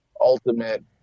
ultimate